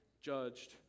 judged